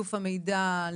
לאיסוף המידע,